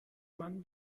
man